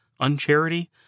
uncharity